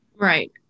Right